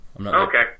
Okay